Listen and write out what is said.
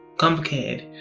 complicated,